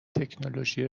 تکنولوژی